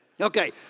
Okay